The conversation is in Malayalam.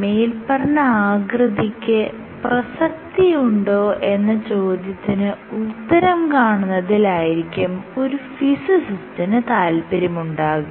മേല്പറഞ്ഞ ആകൃതിക്ക് പ്രസക്തിയുണ്ടോ എന്ന ചോദ്യത്തിന് ഉത്തരം കാണുന്നതിലായിരിക്കും ഒരു ഫിസിസിസ്റ്റിന് താല്പര്യമുണ്ടാകുക